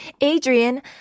Adrian